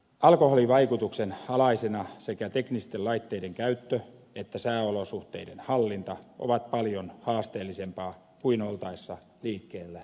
alkoholin vaikutuksen alaisena sekä teknisten laitteiden käyttö että sääolosuhteiden hallinta on paljon haasteellisempaa kuin oltaessa liikkeellä selvin päin